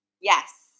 Yes